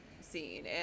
scene